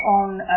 on